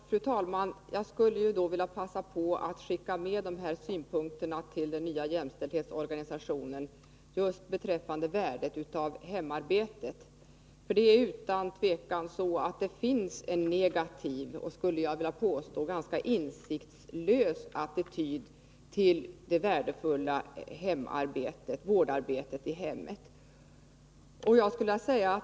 Fru talman! Jag vill passa på att skicka med de här synpunkterna beträffande värdet av hemarbete till den nya jämställdhetsorganisationen. Utan tvivel finns det en negativ och — skulle jag vilja påstå — ganska insiktslös attityd till det värdefulla hemarbetet, vårdarbetet i hemmet.